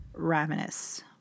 Ravenous